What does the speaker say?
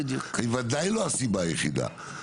היא ודאי לא הסיבה היחידה.